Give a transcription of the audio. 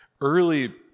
early